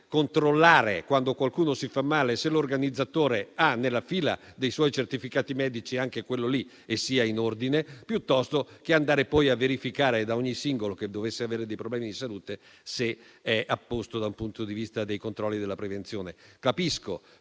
controllare se l'organizzatore ha nella fila dei suoi certificati medici anche quello lì e sia in ordine, invece che andare poi a verificare da ogni singolo che dovesse avere dei problemi di salute se è a posto dal punto di vista dei controlli e della prevenzione. Capisco,